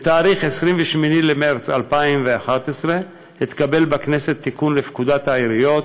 ביום 8 במרס 2011 התקבל בכנסת תיקון לפקודת העיריות